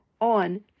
on